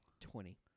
Twenty